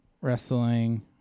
Wrestling